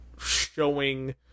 showing